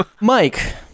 Mike